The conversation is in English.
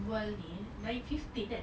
well nineties page kan